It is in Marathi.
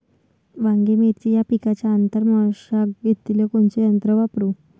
वांगे, मिरची या पिकाच्या आंतर मशागतीले कोनचे यंत्र वापरू?